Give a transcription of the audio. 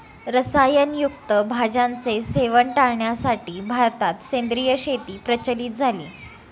रसायन युक्त भाज्यांचे सेवन टाळण्यासाठी भारतात सेंद्रिय शेती प्रचलित झाली